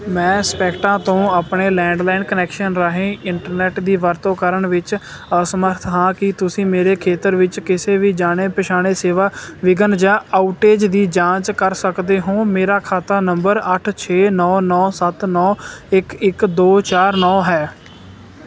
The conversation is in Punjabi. ਮੈਂ ਸਪੈਕਟਾ ਤੋਂ ਆਪਣੇ ਲੈਂਡਲੈਨ ਕਨੈਕਸ਼ਨ ਰਾਹੀਂ ਇੰਟਰਨੈੱਟ ਦੀ ਵਰਤੋਂ ਕਰਨ ਵਿੱਚ ਅਸਮਰੱਥ ਹਾਂ ਕੀ ਤੁਸੀਂ ਮੇਰੇ ਖੇਤਰ ਵਿੱਚ ਕਿਸੇ ਵੀ ਜਾਣੇ ਪਛਾਣੇ ਸੇਵਾ ਵਿਘਨ ਜਾਂ ਆਉਟੇਜ ਦੀ ਜਾਂਚ ਕਰ ਸਕਦੇ ਹੋ ਮੇਰਾ ਖਾਤਾ ਨੰਬਰ ਅੱਠ ਛੇ ਨੌ ਨੌ ਸੱਤ ਨੌ ਇੱਕ ਇੱਕ ਦੋ ਚਾਰ ਨੌ ਹੈ